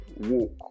walk